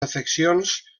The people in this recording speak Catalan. afeccions